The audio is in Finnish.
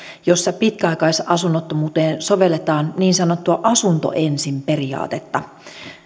jossa pitkäaikaisasunnottomuuteen sovelletaan niin sanottua asunto ensin periaatetta